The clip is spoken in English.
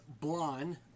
Blonde